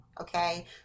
Okay